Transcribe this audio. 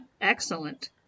Excellent